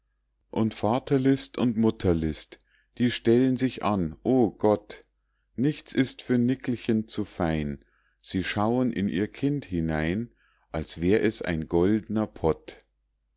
und vater list und mutter list die stellen sich an o gott nichts ist für nickelchen zu fein sie schauen in ihr kind hinein als wär es ein goldner pott